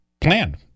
plan